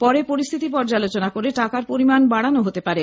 পরে পরিস্থিতি পর্যালোচনা করে টাকার পরিমাণ বাড়ানো হতে পারে